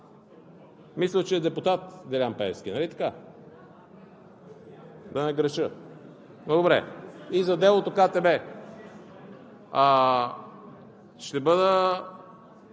мисля, че е депутат – Делян Пеевски. Нали така? Да не греша. Добре. И за делото КТБ. С риск